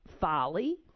folly